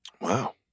Wow